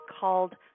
called